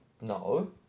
No